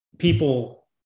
people